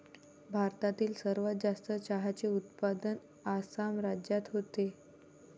भारतातील सर्वात जास्त चहाचे उत्पादन आसाम राज्यात होते